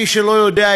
מי שלא יודע,